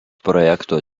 projekto